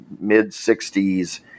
mid-60s